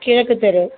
கிழக்கு தெரு